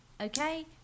okay